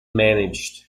managed